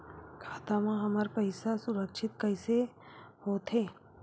खाता मा हमर पईसा सुरक्षित कइसे हो थे?